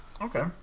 Okay